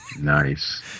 Nice